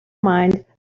mind